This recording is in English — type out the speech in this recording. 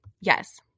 Yes